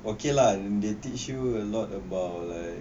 okay lah they teach you a lot about like